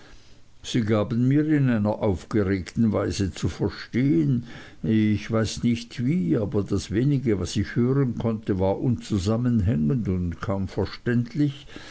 sie gaben mir in einer aufgeregten weise zu verstehen ich weiß nicht wie aber das wenige was ich hören konnte war unzusammenhängend und kaum verständlich